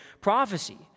prophecy